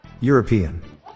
European